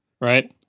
Right